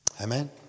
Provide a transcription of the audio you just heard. amen